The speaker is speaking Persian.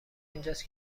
اینجاست